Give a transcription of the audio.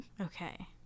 Okay